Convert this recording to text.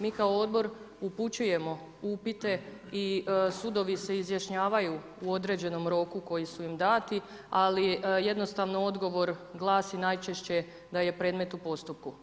Mi kao odbor upućujemo upite i sudovi se izjašnjavaju u određenom roku koji su im dati, ali jednostavno odgovor glasi najčešće da je predmet u postupku.